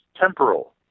temporal